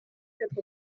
quatre